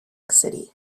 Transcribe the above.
city